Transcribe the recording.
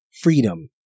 freedom